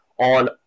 on